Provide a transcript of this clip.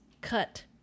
Cut